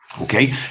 Okay